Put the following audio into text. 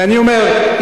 ואני אומר,